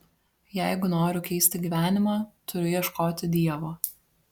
jeigu noriu keisti gyvenimą turiu ieškoti dievo